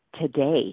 today